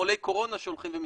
חולי קורונה שהולכים ומסתובבים,